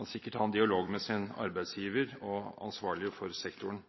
han sikkert ha en dialog med sin arbeidsgiver og ansvarlige for sektoren